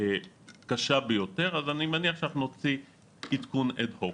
קשה ביותר אז אני מניח שאנחנו נוציא עדכון אד-הוק,